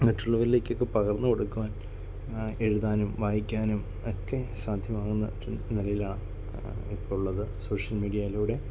മറ്റുള്ളവരിലേക്കൊക്കെ പകർന്ന് കൊടുക്കുവാൻ എഴുതാനും വായിക്കാനും ഒക്കെ സാധ്യമാവുന്ന നിലയിലാണ് ഇപ്പോൾ ഉള്ളത് സോഷ്യൽ മീഡിയയിലൂടെ